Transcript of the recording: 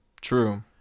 True